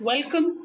Welcome